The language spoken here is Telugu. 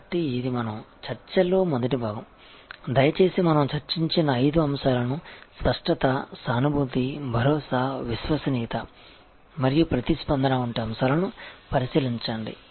కాబట్టి ఇది మన చర్చలో మొదటి భాగం దయచేసి మనం చర్చించిన ఐదు అంశాలను స్పష్టత సానుభూతి భరోసా విశ్వసనీయత మరియు ప్రతిస్పందన వంటి అంశాలను పరిశీలించండి